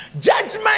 Judgment